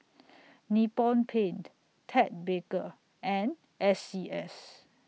Nippon Paint Ted Baker and S C S